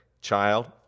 child